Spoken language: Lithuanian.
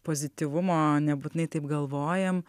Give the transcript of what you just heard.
pozityvumo nebūtinai taip galvojam